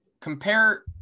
compare